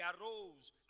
arose